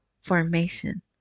formation